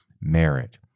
merit